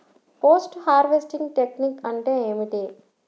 Post harvesting technique అంటే ఏమిటీ?